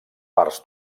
parts